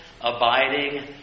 abiding